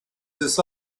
this